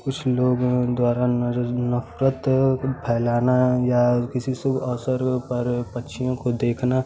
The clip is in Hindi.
कुछ लोगों द्वारा नजर नफरत फैलाना या किसी शुभ अवसर पर पक्षियों को देखना